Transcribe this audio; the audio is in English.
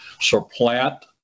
supplant